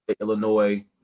Illinois